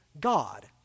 God